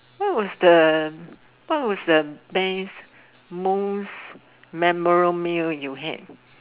what was the what was the thanks most memory meal you had